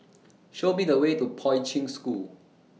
Show Me The Way to Poi Ching School